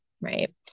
right